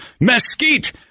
mesquite